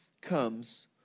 comes